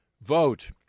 Vote